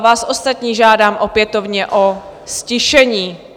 Vás ostatní žádám opětovně o ztišení.